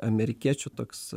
amerikiečių toks